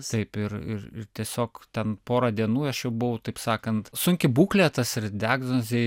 taip ir ir ir tiesiog ten porą dienų aš jau buvau taip sakant sunki būklė tas ir diagnozėj